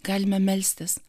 galime melstis